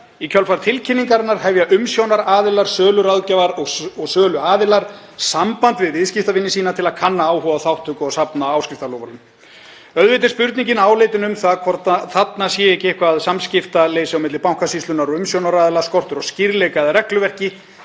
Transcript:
„Í kjölfar tilkynningarinnar hafa umsjónaraðilar, söluráðgjafar og söluaðilar samband við viðskiptavini sína til að kanna áhuga á þátttöku og safna áskriftarloforðum.“ Auðvitað er spurningin áleitin um það hvort þarna sé ekki eitthvert samskiptaleysi á milli Bankasýslunnar og umsjónaraðila, skortur á skýrleika eða regluverki